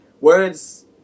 Words